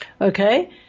Okay